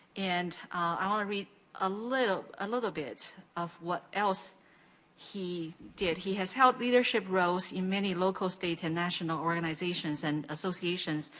and i wanna read a little ah little bit of what else he did. he has held leadership roles in many local, state, and national organizations and associations,